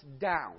down